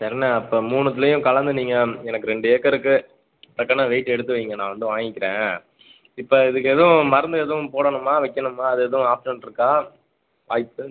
செரிண்ணா அப்போ மூணுத்துலேயும் கலந்து நீங்கள் எனக்கு ரெண்டு ஏக்கருக்கு கரெட்டான வெயிட் எடுத்து வைய்ங்க நான் வந்து வாங்கிக்கிறேன் இப்போ இதுக்கு எதுவும் மருந்து எதுவும் போடணுமா வைக்கணுமா அது எதுவும் ஆப்ஷன் இருக்கா வாய்ப்பு